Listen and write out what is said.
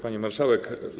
Pani Marszałek!